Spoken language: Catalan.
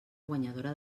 guanyadora